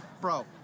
Bro